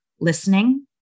listening